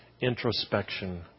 introspection